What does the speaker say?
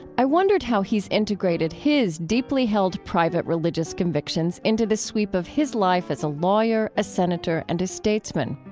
i wondered how he's integrated his deeply held private religious convictions into the sweep of his life as a lawyer, a senator, and a statesman.